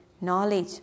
knowledge